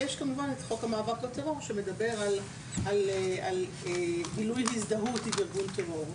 ויש כמובן את חוק המאבק בטרור שמדבר על גילוי הזדהות עם ארגון טרור.